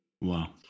Wow